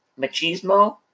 machismo